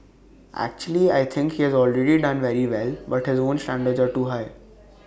actually I think he has already done very well but his own standards are too high